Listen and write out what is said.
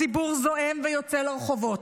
הציבור זועם ויוצא לרחובות,